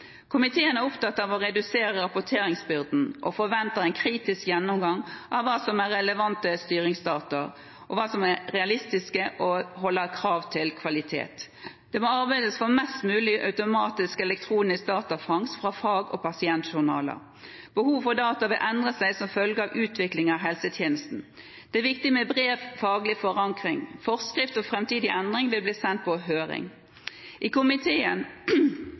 Komiteen er opptatt av å redusere rapporteringsbyrden og forventer en kritisk gjennomgang av hva som er relevante styringsdata – hvilke som er realistiske og holder krav til kvalitet. Det må arbeides for mest mulig automatisk elektronisk datafangst fra fag- og pasientjournaler. Behov for data vil endre seg som følge av utvikling av helsetjenestene. Det er viktig med bred faglig forankring. Forskrift og framtidige endringer vil bli sendt på høring. I komiteen